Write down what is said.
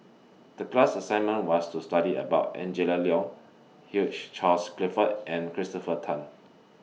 The class assignment was to study about Angela Liong Hugh Charles Clifford and Christopher Tan